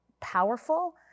powerful